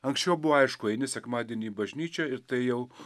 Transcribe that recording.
anksčiau buvo aišku eini sekmadienį į bažnyčią ir tai jau